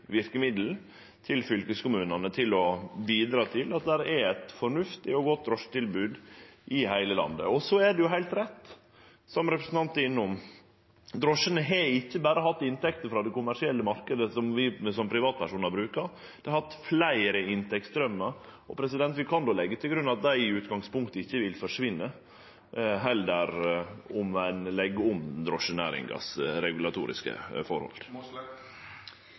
verkemiddel til fylkeskommunane for å bidra til at det er eit fornuftig og godt drosjetilbod i heile landet. Så er det heilt rett, som representanten var innom, at drosjene ikkje berre har hatt inntekter frå den kommersielle marknaden, som vi bruker som privatpersonar. Dei har hatt fleire inntektsstraumar. Vi kan då leggje til grunn at dei i utgangspunktet ikkje vil forsvinne sjølv om ein legg om drosjenæringa sine regulatoriske